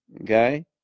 Okay